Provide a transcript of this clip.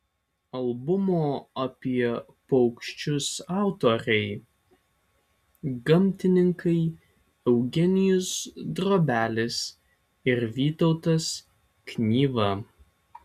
albumo apie paukščius autoriai gamtininkai eugenijus drobelis ir vytautas knyva